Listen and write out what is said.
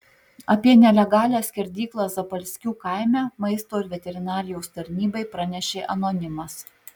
apie nelegalią skerdyklą zapalskių kaime maisto ir veterinarijos tarnybai pranešė anonimas